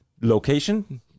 location